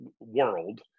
world